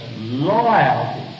loyalty